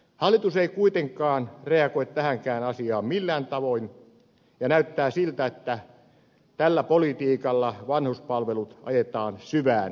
hallitus ei kuitenkaan reagoi tähänkään asiaan millään tavoin ja näyttää siltä että tällä politiikalla vanhuspalvelut ajetaan syvään kriisiin